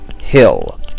Hill